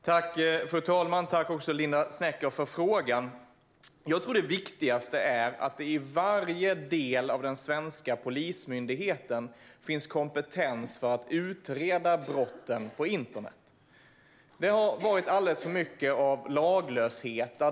Fru talman! Tack för frågan, Linda Snecker! Jag tror att det viktigaste är att det i varje del av den svenska polismyndigheten finns kompetens för att utreda brotten på internet. Det har varit alldeles för mycket av laglöshet.